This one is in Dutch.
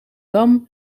damme